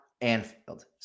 Anfield